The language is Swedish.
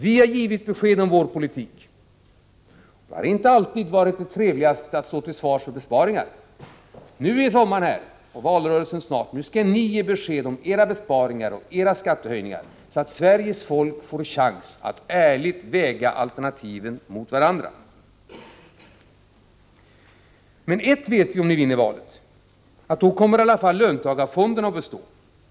Vi har givit besked om vår politik, även om det inte alltid har varit det trevligaste att stå till svars för besparingar. Nu är sommaren här, och valrörelsen börjar snart. Ni skall nu ge besked om era besparingar och era skattehöjningar, så att Sveriges folk får en chans att ärligt väga alternativen mot varandra. Ett vet vi om ni vinner valet, nämligen att löntagarfonderna kommer att bestå.